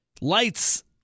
lights